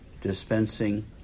dispensing